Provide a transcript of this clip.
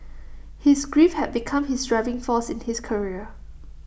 his grief had become his driving force in his career